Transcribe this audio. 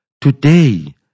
Today